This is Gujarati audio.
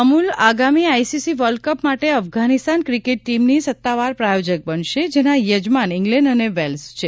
અમૂલ આગામી આઈસીસી વર્લ્ડ કપ માટે અફઘાનિસ્તાન ક્રિકેટ ટીમની સત્તાવાર પ્રાયોજક બનશે જેના યજમાન ઇંગ્લેન્ડ અને વેલ્સ છે